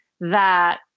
that-